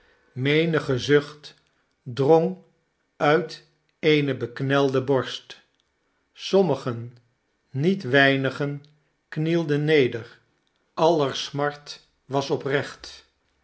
menige zucht drong uit eene beknelde borst sommigen niet weinigen knielden neder aller smart was oprecht